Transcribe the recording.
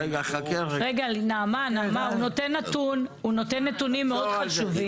נעמה, הוא נותן נתונים מאוד חשובים.